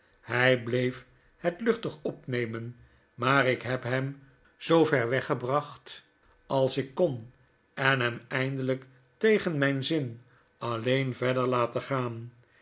hj bleef het luchtig opnemen maar ik heb hem zoo ver weggebracht als ik kon en hem eindelyk tegen mijn zin alleen verder latengaan